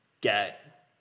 get